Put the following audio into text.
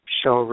show